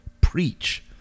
preach